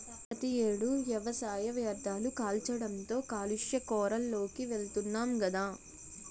ప్రతి ఏడు వ్యవసాయ వ్యర్ధాలు కాల్చడంతో కాలుష్య కోరల్లోకి వెలుతున్నాం గదా